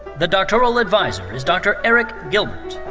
the doctoral adviser is dr. eric gilt.